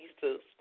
Jesus